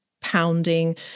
pounding